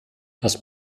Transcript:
das